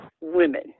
women